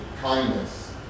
kindness